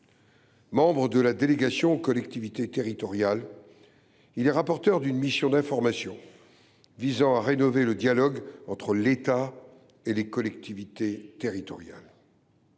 Membre de la délégation aux collectivités territoriales, il est rapporteur d’une mission d’information visant à rénover le dialogue entre l’État et les collectivités territoriales.